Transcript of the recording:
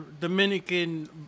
Dominican